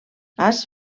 has